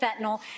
fentanyl